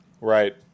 Right